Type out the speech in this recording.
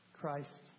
Christ